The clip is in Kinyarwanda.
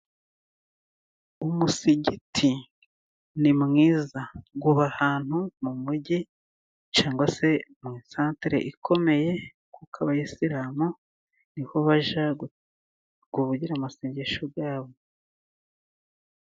Umusigiti ni mwiza, uba ahantu mugi, cyangwa se mu isantere ikomeye, kuko abayisilamu niho bajya kuvugira amasengesho yabo.